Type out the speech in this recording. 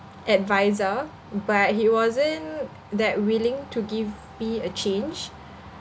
advisor but he wasn't that willing to give me a change